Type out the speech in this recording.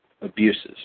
abuses